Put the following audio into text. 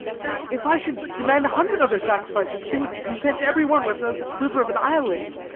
if i should demand a hundred other sacrifices, she would consent to every one without the quiver of an eyelid.